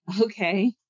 okay